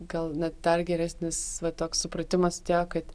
gal net dar geresnis va toks supratimas atėjo kad